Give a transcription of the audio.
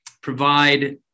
provide